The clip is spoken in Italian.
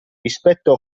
rispetto